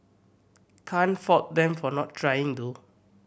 can't fault them for not trying though